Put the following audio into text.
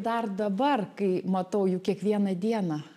dar dabar kai matau jų kiekvieną dieną